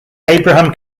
abraham